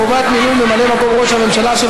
חובת מינוי ממלא מקום ראש הממשלה),